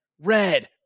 red